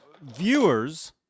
viewers